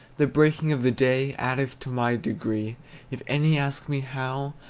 the breaking of the day addeth to my degree if any ask me how,